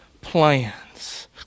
plans